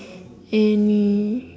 any